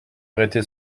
arrêté